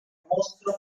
mostro